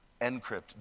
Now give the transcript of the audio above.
Encrypt